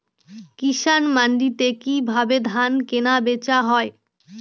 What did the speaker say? কৃষান মান্ডিতে কি ভাবে ধান কেনাবেচা হয়?